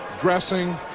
dressing